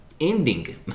ending